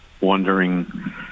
wondering